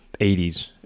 80s